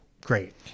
great